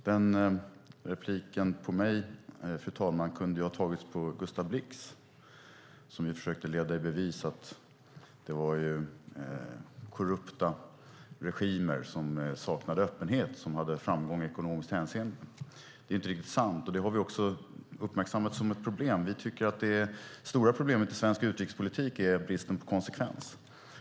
Fru talman! Repliken på mig kunde ha tagits på Gustav Blix, som försökte leda i bevis att det är korrupta regimer som saknar öppenhet som har framgång i ekonomiskt hänseende. Det är inte riktigt sant. Vi har uppmärksammat detta som ett problem. Vi tycker att det stora problemet i svensk utrikespolitik är bristen på konsekvens.